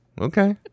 Okay